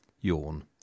Yawn